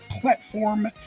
platform